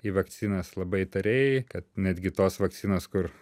į vakcinas labai įtariai kad netgi tos vakcinos kur